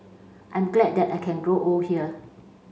I'm glad that I can grow old here